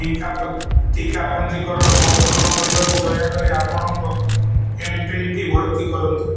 ଟୀକା ପ ଟିକା ପଞ୍ଜୀକରଣ ସଂପୂର୍ଣ୍ଣ କରିବାକୁ ଦୟାକରି ଆପଣଙ୍କ ଏମ୍ପିନ୍ଟି ଭର୍ତ୍ତି କରନ୍ତୁ